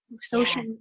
social